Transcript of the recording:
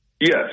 yes